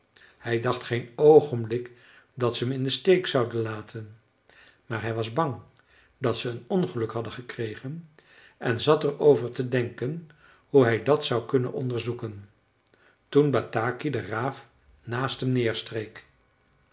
hij dacht geen oogenblik dat ze hem in den steek zouden laten maar hij was bang dat ze een ongeluk hadden gekregen en zat er over te denken hoe hij dat zou kunnen onderzoeken toen bataki de raaf naast hem neerstreek